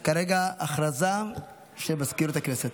הודעה למזכירות הכנסת.